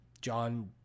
John